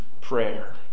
prayer